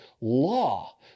law